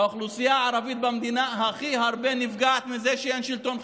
האוכלוסייה הערבית במדינה הכי הרבה נפגעת מזה שאין שלטון חוק.